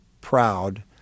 proud